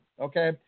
Okay